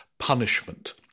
punishment